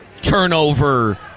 turnover